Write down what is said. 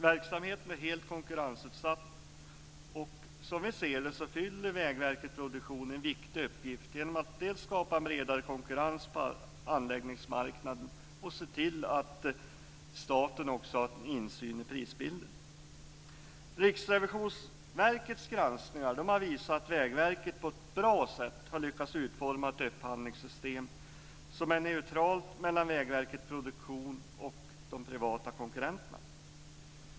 Verksamheten är helt konkurrensutsatt, och som jag ser det fyller Vägverket Produktion en viktig uppgift dels genom att skapa en bredare konkurrens på anläggningsmarknaden, dels genom att se till att staten får en insyn i prisbildningen. Riksrevisionsverkets granskningar har visat att Vägverket på ett bra sätt har lyckats att utforma ett upphandlingssystem som är neutralt mellan Vägverket Produktion och dess privata konkurrenter.